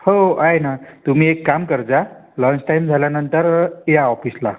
हो आहे नं तुम्ही एक काम करजा लंचटाईम झाल्यानंतर या ऑफिसला